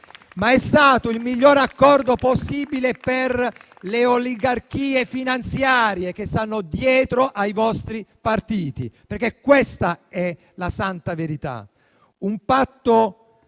È stato però il miglior accordo possibile per le oligarchie finanziarie che stanno dietro ai vostri partiti. Questa è la santa verità. Si tratta